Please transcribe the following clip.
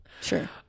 Sure